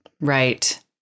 Right